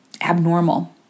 abnormal